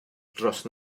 dros